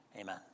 Amen